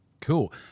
Cool